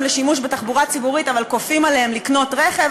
לשימוש בתחבורה ציבורית אבל כופים עליהם לקנות רכב.